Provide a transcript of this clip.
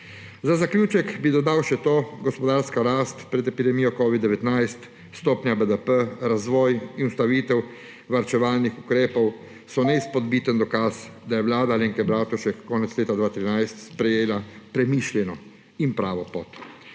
Za zaključek bi dodal še to, da so gospodarska rast pred epidemijo covida-19, stopnja BDP, razvoj in ustavitev varčevalnih ukrepov neizpodbiten dokaz, da je vlada Alenke Bratušek konec leta 2013 sprejela premišljeno in pravo pot.